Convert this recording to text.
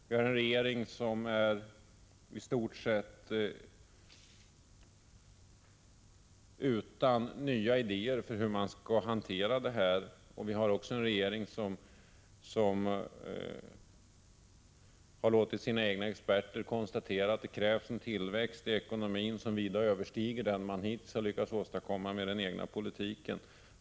Vi har en regering som är i stort sett utan nya idéer om hur man skall hantera detta och som också har låtit sina egna experter konstatera att det, för att man ens skall lyckas hålla arbetslösheten på den nivå vi har i dag, krävs en tillväxt i ekonomin, som vida överstiger den man hittills har lyckats åstadkomma med den egna politiken.